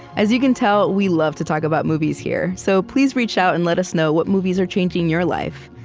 as you can tell, we love to talk about movies here. so please reach out and let us know what movies are changing your life.